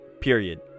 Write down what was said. period